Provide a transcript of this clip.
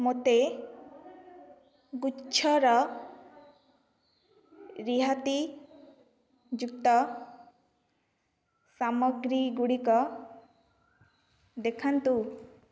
ମୋତେ ଗୁଚ୍ଛର ରିହାତି ଯୁକ୍ତ ସାମଗ୍ରୀଗୁଡ଼ିକ ଦେଖାନ୍ତୁ